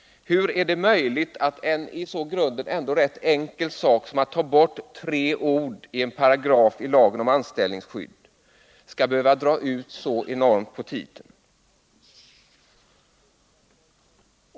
Hur är det möjligt att en i grunden så enkel sak som att ta bort tre ord i en paragraf i lagen om anställningsskydd skall behöva dra ut så enormt på tiden?